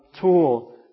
tool